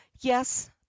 Yes